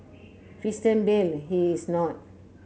Christian Bale he is not